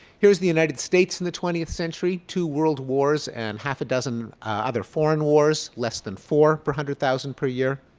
here is the united states in the twentieth century, two world wars and half a dozen other foreign wars, less than four per one hundred thousand per year.